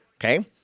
Okay